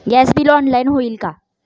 Gas bill online होईल का?